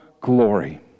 glory